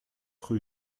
rue